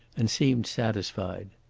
and seemed satisfied.